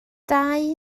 dau